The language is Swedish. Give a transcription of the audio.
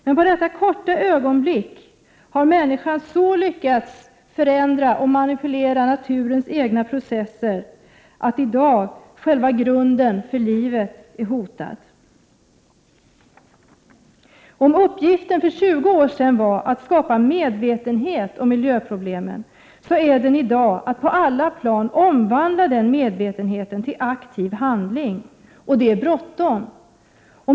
Men på detta korta ögonblick har människan lyckats så förändra och manipulera naturens egna processer att själva grunden för livet i dag är hotad. Om uppgiften för 20 år sedan var att skapa medvetenhet om miljöproblemen, så är den i dag att på alla plan omvandla den medvetenheten till aktiv handling, och det är bråttom.